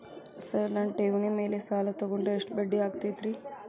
Sir ನನ್ನ ಠೇವಣಿ ಮೇಲೆ ಸಾಲ ತಗೊಂಡ್ರೆ ಎಷ್ಟು ಬಡ್ಡಿ ಆಗತೈತ್ರಿ?